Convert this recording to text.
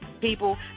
People